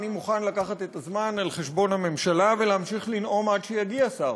אני מוכן לקחת את הזמן על חשבון הממשלה ולנאום עד שיגיע שר.